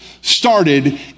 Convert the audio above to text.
started